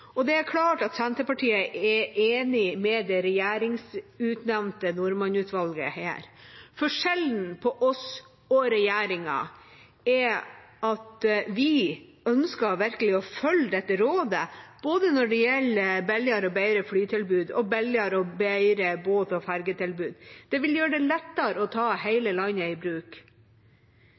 Det er klart at Senterpartiet er enig med det regjeringsutnevnte Norman-utvalget her. Forskjellen på oss og regjeringa er at vi virkelig ønsker å følge dette rådet, når det gjelder både billigere og bedre flytilbud og billigere og bedre båt- og fergetilbud. Det vil gjøre det lettere å ta hele landet i bruk.